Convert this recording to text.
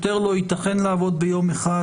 יותר לא יתכן לעבוד ביום אחד,